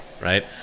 right